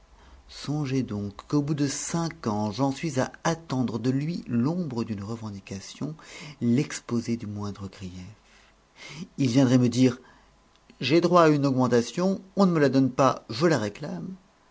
songez donc qu'au bout de cinq ans j'en suis à attendre de lui l'ombre d'une revendication l'exposé du moindre grief il viendrait me dire j'ai droit à une augmentation on ne me la donne pas je la réclame